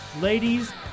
Ladies